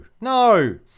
No